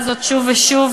ושוב,